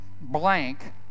blank